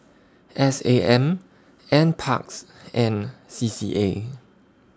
S A M NParks and C C A